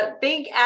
Big